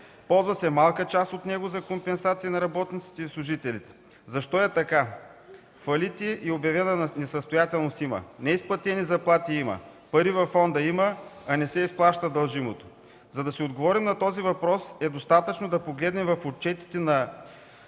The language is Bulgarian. ползва малка част за компенсации на работниците и служителите. Защо е така? Фалити и обявяване в несъстоятелност има, неизплатени заплати има, пари във фонда има, а не се изплаща дължимото. За да си отговорим на този въпрос, е достатъчно да погледнем в отчетите на